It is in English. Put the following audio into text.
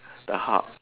the hut